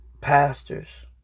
pastors